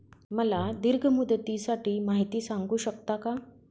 मला दीर्घ मुदतीसाठी माहिती सांगू शकता का?